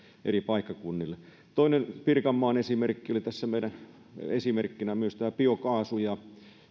eri paikkakunnille toinen pirkanmaan esimerkki oli tässä meidän esimerkkinä myös tämä biokaasu ja